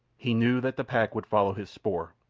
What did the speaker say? he knew that the pack would follow his spoor,